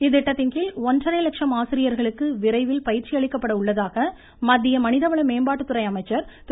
இத்திட்டத்தின்கீழ் ஒன்றரை லட்சம் ஆசிரியர்களுக்கு விரைவில் பயிற்சி அளிக்கப்பட உள்ளதாக மத்திய மனித வள மேம்பாட்டுத்துறை அமைச்சர்திரு